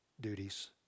duties